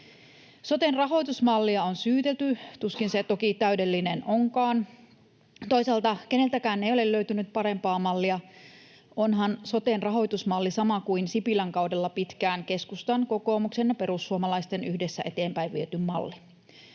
Soten rahoitusmallia on syytelty. Tuskin se toki täydellinen onkaan. Toisaalta keneltäkään ei ole löytynyt parempaa mallia — onhan soten rahoitusmalli sama kuin Sipilän kaudella pitkään keskustan, kokoomuksen ja perussuomalaisten yhdessä eteenpäin viemä malli.